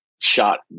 shot